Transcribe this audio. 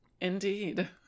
Indeed